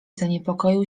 zaniepokoił